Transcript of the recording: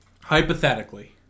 Hypothetically